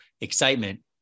excitement